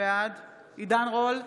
בעד עידן רול,